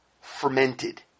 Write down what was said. fermented